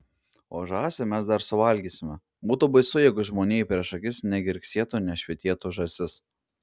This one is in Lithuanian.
o žąsį mes dar suvalgysime būtų baisu jeigu žmonijai prieš akis negirgsėtų nešvytėtų žąsis